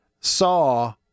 saw